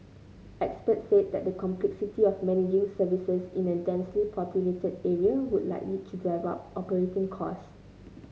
experts said the complexity of managing services in a densely populated area would likely drive up operating costs